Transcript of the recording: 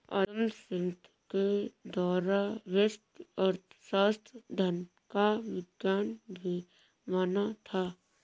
अदम Smith के द्वारा व्यष्टि अर्थशास्त्र धन का विज्ञान भी माना था